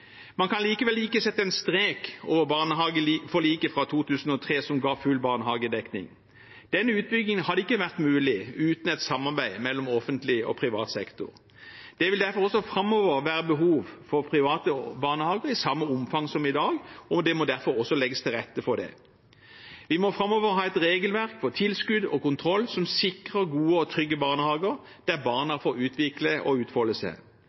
Man kan likevel ikke sette en strek over barnehageforliket fra 2003, som ga full barnehagedekning. Denne utbyggingen hadde ikke vært mulig uten et samarbeid mellom offentlig og privat sektor. Det vil derfor også framover være behov for private barnehager, i samme omfang som i dag, og det må derfor også legges til rette for det. Vi må framover ha et regelverk for tilskudd og kontroll som sikrer gode og trygge barnehager der barna får utvikle og utfolde seg,